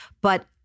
but-